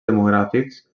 demogràfics